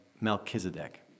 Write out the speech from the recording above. Melchizedek